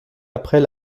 après